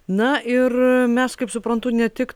na ir mes kaip suprantu ne tik